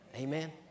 Amen